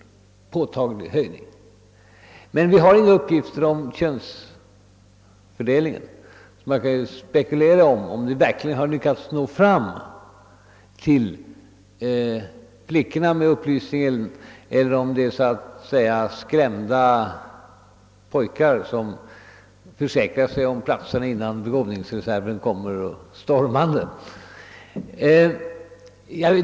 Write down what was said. Här föreligger en påtaglig höjning, men vi har inga uppgifter om könsfördelningen. Man kan spekulera i om vi verkligen har lyckats nå fram till flickorna med upplysning eller om det är skrämda pojkar som försäkrar sig om platserna innan begåvningsreserven kommer stormande.